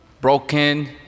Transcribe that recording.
broken